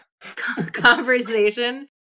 conversation